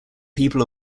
people